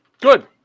Good